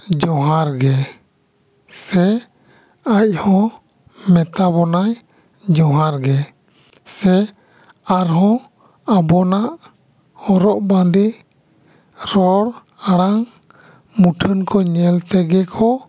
ᱡᱚᱦᱟᱨ ᱜᱮ ᱥᱮ ᱟᱡ ᱦᱚᱸ ᱢᱮᱛᱟ ᱵᱚᱱᱟᱭ ᱡᱚᱦᱟᱨ ᱜᱮ ᱥᱮ ᱟᱨᱦᱚᱸ ᱟᱵᱚᱱᱟᱜ ᱦᱚᱨᱚᱜ ᱵᱟᱸᱫᱮ ᱨᱚᱲ ᱟᱲᱟᱝ ᱢᱩᱴᱷᱟᱹᱱ ᱠᱚ ᱧᱮᱞ ᱛᱮᱜᱮ ᱠᱚ